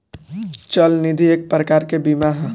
चल निधि एक प्रकार के बीमा ह